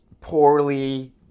poorly